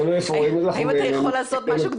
האם אתה יכול לעשות משהו,